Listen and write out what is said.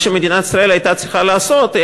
מה שמדינת ישראל הייתה צריכה לעשות,